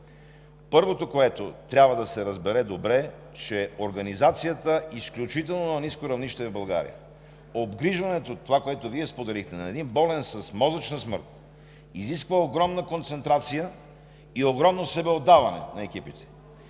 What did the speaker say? Първото, което трябва да се разбере добре, е, че организацията е на изключително ниско равнище в България. Обгрижването – това, което Вие споделихте, на един болен с мозъчна смърт, изисква огромна концентрация и огромно себеотдаване на екипите.